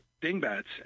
dingbats